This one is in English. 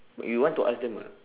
you want to ask them or not